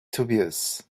dubious